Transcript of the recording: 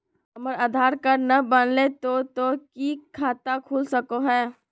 हमर आधार कार्ड न बनलै तो तो की खाता खुल सको है?